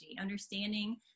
understanding